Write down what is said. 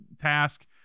task